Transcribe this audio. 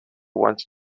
once